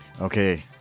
Okay